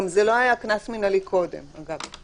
גם זה לא היה קנס מנהלי קודם, אגב.